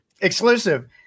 exclusive